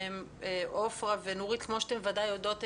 עפרה ונורית, כמו שאתן יודעות היטב,